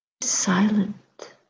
silent